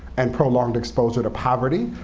and prolonged exposure to poverty,